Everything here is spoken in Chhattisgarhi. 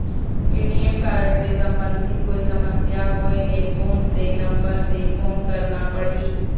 ए.टी.एम कारड से संबंधित कोई समस्या होय ले, कोन से नंबर से फोन करना पढ़ही?